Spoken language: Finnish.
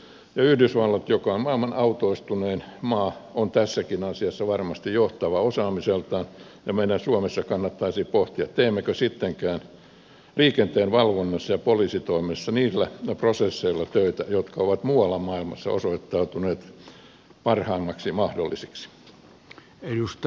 ja yhdysvallat joka on maailman autoistunein maa on tässäkin asiassa varmasti johtava osaamiseltaan ja meidän suomessa kannattaisi pohtia teemmekö sittenkään liikenteen valvonnassa ja poliisitoimessa töitä niillä prosesseilla jotka ovat muualla maailmassa osoittautuneet parhaimmiksi mahdollisiksi